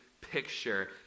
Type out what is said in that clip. picture